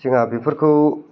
जोंहा बेफोरखौ